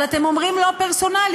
אבל אתם אומרים: לא פרסונלי.